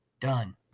Done